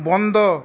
বন্ধ